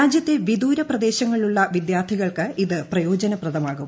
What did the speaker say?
രാജ്യത്തെ വിദൂര പ്രദേശങ്ങളിലുള്ള വിദ്യാർത്ഥികൾക്ക് ഇത് പ്രയോജനപ്രദമാകും